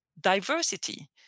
diversity